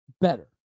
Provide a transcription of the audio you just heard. better